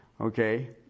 Okay